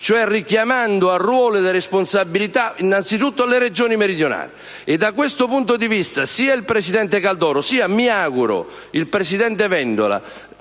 richiamando al loro ruolo di responsabilità le Regioni meridionali. Da questo punto di vista sia il presidente Caldoro sia, mi auguro, il presidente Vendola